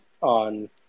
on –